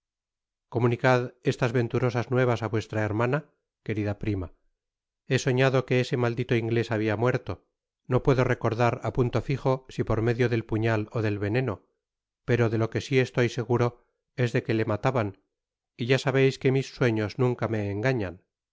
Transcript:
comunicad estas venturosas nuevas á vuestra hermana querida prima he soñado que ese maldito inglés habia muerto no puedo recordar á punto fijo si por medio del puñal ó del veneno pero delo que si estoy seguro es de que le mataban y ya sabeis que mis sueños nunca me engañan